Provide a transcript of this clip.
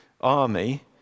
army